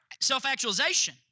Self-actualization